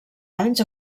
anys